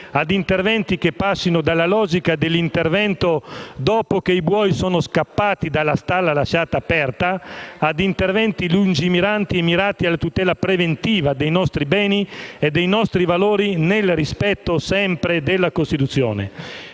da interventi nella logica dell'azione dopo che i buoi sono scappati dalla stalla lasciata aperta, a interventi lungimiranti e mirati alla tutela preventiva dei nostri beni e dei nostri valori, nel rispetto sempre della Costituzione.